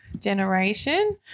generation